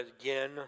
again